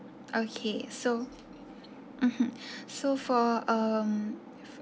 okay so mmhmm so for um